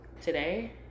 today